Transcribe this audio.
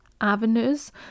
avenues